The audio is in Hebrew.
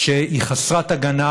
שהיא חסרת הגנה,